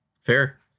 Fair